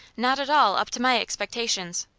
not at all up to my expectations.